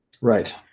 right